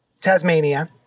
Tasmania